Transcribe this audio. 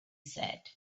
said